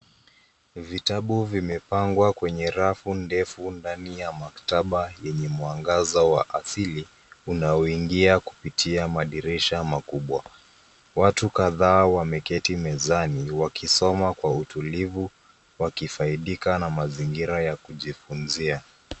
Vitabu vimepangwa kwenye rafu ndefu ndani ya maktaba yenye mwangaza wa asili unaoingia kupitia madirisha makubwa. Watu kadhaa wameketi mezani wakisoma kwa utulivu wakisaidika na mazingira ya kujifunzia.